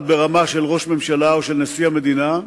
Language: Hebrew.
ברמה של ראש הממשלה או של נשיא המדינה,